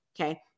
okay